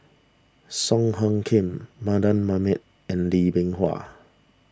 Song Hoot Kiam Mardan Mamat and Lee Bee Wah